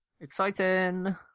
exciting